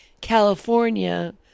California